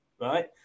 right